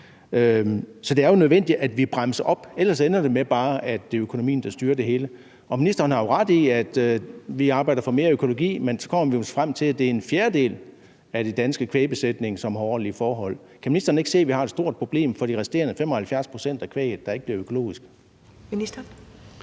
Så det er jo nødvendigt, at vi bremser op, for ellers ender det bare med, at det er økonomien, der styrer det hele. Ministeren har jo ret i, at vi arbejder for mere økologi, men så vil vi jo komme frem til, at det er en fjerdedel af de danske kvægbesætninger, som har ordentlige forhold. Kan ministeren ikke se, at vi har et stort problem i forhold til de resterende 75 pct. kvæg, der ikke kommer til